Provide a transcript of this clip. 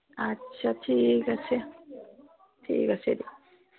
আচ্ছা ঠিক আছে ঠিক আছে দিয়ক